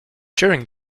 during